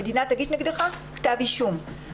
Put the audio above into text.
המדינה תגיש נגדך כתב אישום.